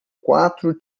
quatro